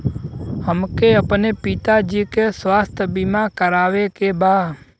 हमके अपने पिता जी के स्वास्थ्य बीमा करवावे के बा?